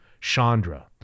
Chandra